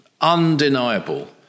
undeniable